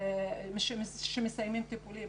כשמסיימים טיפולים,